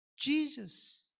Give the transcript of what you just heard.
Jesus